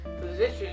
position